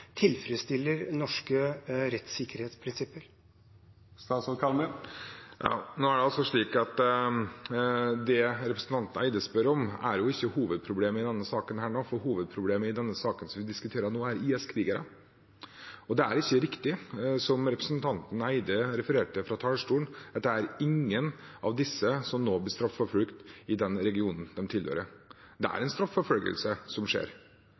tilfredsstiller norske rettssikkerhetsprinsipper? Nå er det slik at det representanten Eide spør om, ikke er hovedproblemet i denne saken, for hovedproblemet i den saken vi diskuterer nå, er IS-krigere. Det er ikke riktig som representanten Eide refererte til fra talerstolen, at ingen av disse blir straffeforfulgt i den regionen de tilhører. Det er en straffeforfølgelse som skjer.